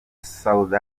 saudi